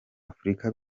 afurika